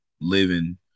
living